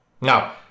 Now